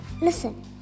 Listen